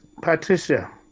Patricia